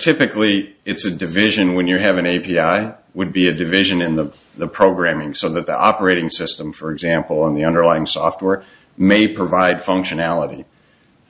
typically it's a division when you have an a p i would be a division in the the programming so that the operating system for example on the underlying software may provide functionality